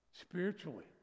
spiritually